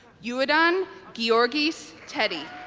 youadan giorgis teddy